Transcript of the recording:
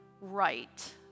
right